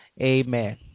Amen